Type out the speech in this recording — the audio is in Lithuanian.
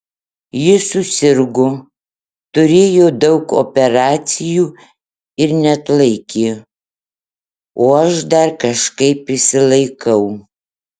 ji susirgo turėjo daug operacijų ir neatlaikė o aš dar kažkaip išsilaikau